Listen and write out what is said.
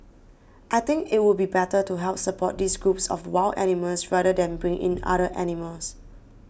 I think it would be better to help support these groups of wild animals rather than bring in other animals